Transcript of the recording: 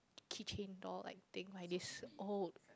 key chain doll like thing like this old